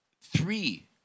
three